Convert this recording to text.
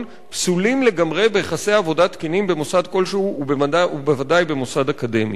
פסולים לגמרי ביחסי עבודה תקינים במוסד כלשהו ובוודאי במוסד אקדמי".